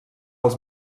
els